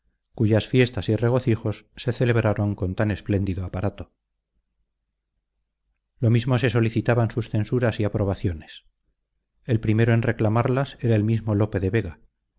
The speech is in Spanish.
cuyas fiestas y regocijos se celebraron con tan espléndido aparato lo mismo se solicitaban sus censuras y aprobaciones el primero en reclamarlas era el mismo lope de vega